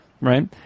Right